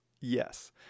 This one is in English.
Yes